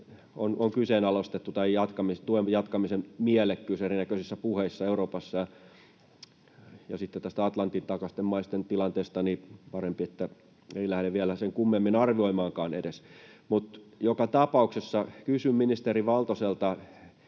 on kyseenalaistettu tämän tuen jatkamisen mielekkyys erinäköisissä puheissa Euroopassa, ja on parempi, että näiden Atlantin takaisten maiden tilannetta ei lähde vielä sen kummemmin edes arvioimaan. Mutta joka tapauksessa kysyn ministeri Valtoselta: